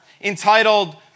entitled